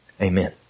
amen